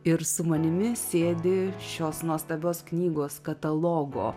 ir su manimi sėdi šios nuostabios knygos katalogo